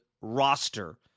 roster